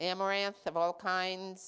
amaranth of all kinds